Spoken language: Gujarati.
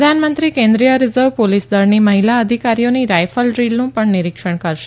પ્રધાનમંત્રી કેન્દ્રીય રિઝર્વ પોલીસ દળની મહિલા અધિકારીઓની રાયફલ ડ્રીલનું પણ નિરીક્ષણ કરશે